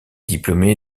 diplômé